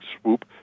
swoop